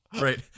Right